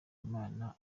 imana